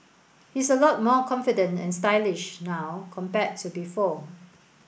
he's a lot more confident and stylish now compared to before